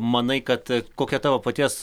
manai kad kokia tavo paties